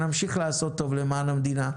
שנמשיך לעשות טוב למען המדינה.